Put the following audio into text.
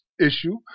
issue